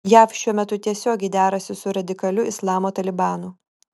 jav šiuo metu tiesiogiai derasi su radikaliu islamo talibanu